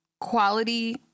quality